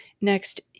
Next